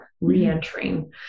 re-entering